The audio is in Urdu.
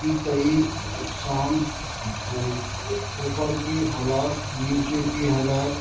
کی کئی اقسام ہیں اوپر کی حلق نیچے کی حلق